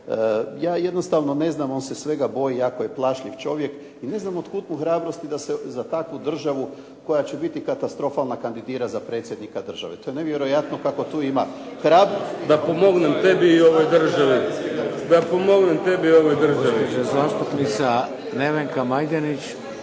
Ja jednostavno ne znam, on se svega boji, jako je plašljiv čovjek. I ne znam od kuda mu hrabrosti da se za takvu koja će biti katastrofalna kandidira za predsjednika države. To je nevjerojatno kako tu ima. ... /Govornici govore u isti glas,